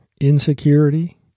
insecurity